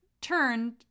turned